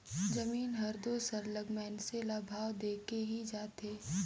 जमीन हर दो सरलग मइनसे ल भाव देके ही जाथे